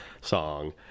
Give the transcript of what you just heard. song